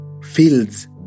Fields